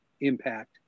impact